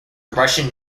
russian